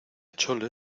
chole